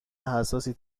حساسی